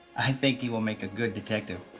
i think he will make a good detective.